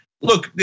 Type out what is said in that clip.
Look